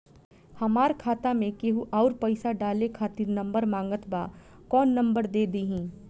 हमार खाता मे केहु आउर पैसा डाले खातिर नंबर मांगत् बा कौन नंबर दे दिही?